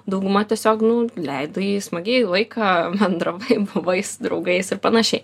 dauguma tiesiog nu leidai smagiai laiką bendravai buvai su draugais ir panašiai